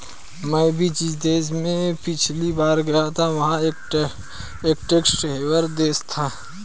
मैं भी जिस देश में पिछली बार गया था वह एक टैक्स हेवन देश था